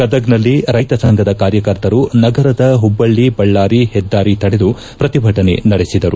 ಗದಗ್ನಲ್ಲಿ ರೈತ ಸಂಘದ ಕಾರ್ಯಕರ್ತರು ನಗರದ ಹುಭ್ಗಳ್ಲಿ ಬಳ್ದಾರಿ ಹೆದ್ದಾರಿ ತಡೆದು ಪ್ರತಿಭಟನೆ ನಡೆಸಿದರು